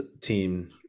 team